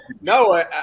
No